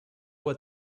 what